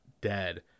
dead